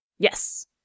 Yes